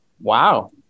wow